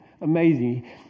amazing